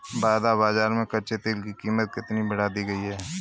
वायदा बाजार में कच्चे तेल की कीमत कितनी बढ़ा दी गई है?